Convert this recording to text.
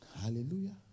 Hallelujah